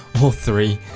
all three.